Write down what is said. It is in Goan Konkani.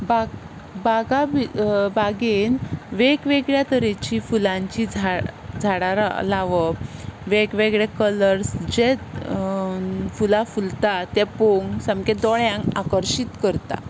बाग बागा भि बागेंत वेगवेगळ्या तरेचीं फुलांचीं झाड झाडां रा लावप वेगवेगळे कलर्ज जे फुलां फुलतात ते पळोवंक सामकें दोळ्यांक आकर्शीत करता